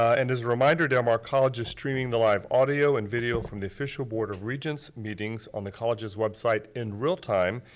and as a reminder, del mar college is streaming the live audio and video from the official board of regents meetings on the college's website in real-time,